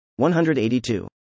182